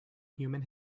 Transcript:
human